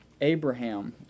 Abraham